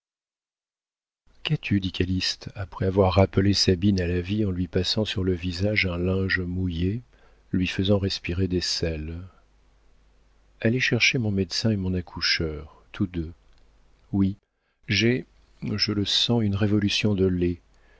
qu'as-tu dit calyste après avoir rappelé sabine à la vie en lui passant sur le visage un linge mouillé lui faisant respirer des sels allez chercher mon médecin et mon accoucheur tous deux oui j'ai je le sens une révolution de lait